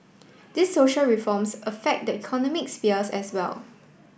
these social reforms affect the economic sphere as well